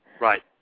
Right